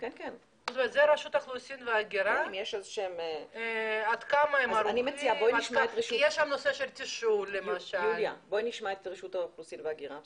אני מציעה שנשמע את רשות האוכלוסין וההגירה.